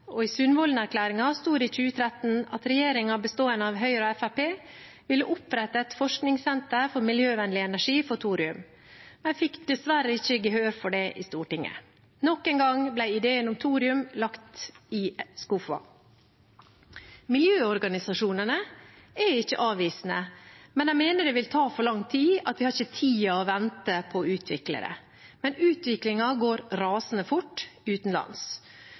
I Sundvolden-erklæringen sto det i 2013 at regjeringen, bestående av Høyre og Fremskrittspartiet, ville opprette et forskningssenter for miljøvennlig energi for thorium, men fikk dessverre ikke gehør for det i Stortinget. Nok en gang ble ideen om thorium lagt i skuffen. Miljøorganisasjonene er ikke avvisende, men de mener det vil ta for lang tid, at vi ikke har tid til å vente på å utvikle det. Men utviklingen går rasende fort utenlands.